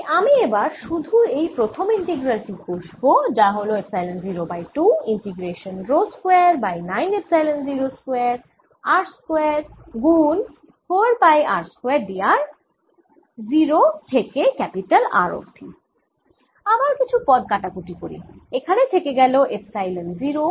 তাই আমি এবার শুধু এই প্রথম ইন্টিগ্রাল টি কষব যা হল epsilon 0 by 2 integration rho square by 9 epsilon 0 square r square গুন 4 পাই r স্কয়ার dr 0 থেকে R আবার কিছু পদ কাটাকুটি করি এখানে থেকে গেল এপসাইলন 0